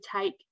take